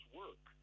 work